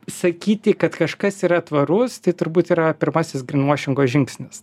sakyti kad kažkas yra tvarus tai turbūt yra pirmasis grin vuošingo žingsnis